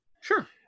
Sure